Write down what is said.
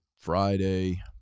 Friday